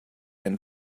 and